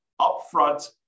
upfront